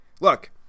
Look